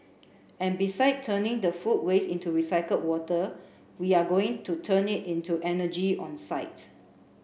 and besides turning the food waste into recycled water we are going to turn it into energy on site